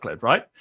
right